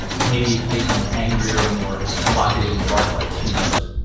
maybe it made them angrier and more provocative in bar fights. who knows?